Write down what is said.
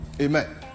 Amen